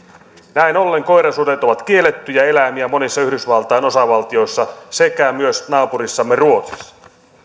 näin ollen koirasudet ovat kiellettyjä eläimiä monissa yhdysvaltain osavaltioissa sekä myös naapurissamme ruotsissa